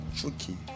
tricky